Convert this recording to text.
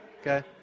okay